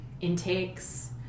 intakes